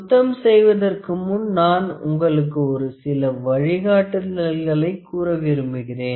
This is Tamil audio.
சுத்தம் செய்வதற்கு முன் நான் உங்களுக்கு சில வழிகாட்டுதல்களை கூற விரும்புகிறேன்